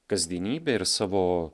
kasdienybėj ir savo